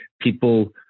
people